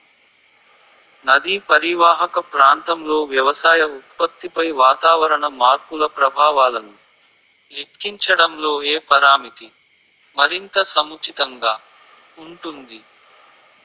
నదీ పరీవాహక ప్రాంతంలో వ్యవసాయ ఉత్పత్తిపై వాతావరణ మార్పుల ప్రభావాలను లెక్కించడంలో ఏ పరామితి మరింత సముచితంగా ఉంటుంది?